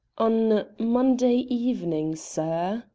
on monday evening, sir,